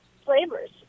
flavors